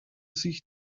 sich